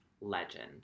legend